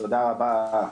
תודה רבה.